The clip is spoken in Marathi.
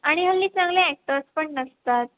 आणि हल्ली चांगले ॲक्टर्स पण नसतात